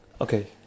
Okay